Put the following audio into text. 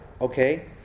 okay